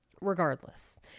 regardless